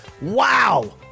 Wow